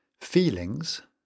feelings